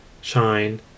Shine